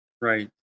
Right